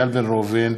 איל בן ראובן,